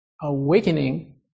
awakening